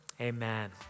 Amen